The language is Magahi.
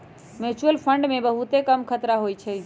म्यूच्यूअल फंड मे बहुते कम खतरा होइ छइ